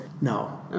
no